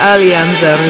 Alianza